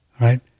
right